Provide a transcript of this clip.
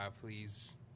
please